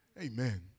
Amen